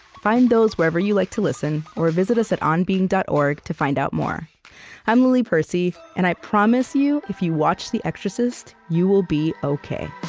find those wherever you like to listen, or visit us at onbeing dot org to find out more i'm lily percy and i promise you, if you watch the exorcist, you will be ok